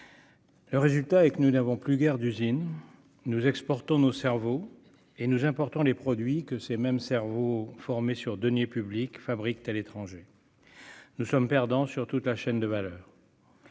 ! Résultat : nous n'avons plus guère d'usines, nous exportons nos cerveaux et nous importons les produits que ces mêmes cerveaux, formés sur deniers publics, fabriquent à l'étranger. Nous sommes perdants sur toute la chaîne de valeur.